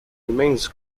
remains